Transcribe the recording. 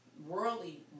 worldly